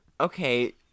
Okay